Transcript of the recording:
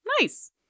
Nice